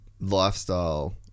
lifestyle